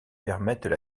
permettent